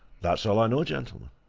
that's all i know, gentlemen.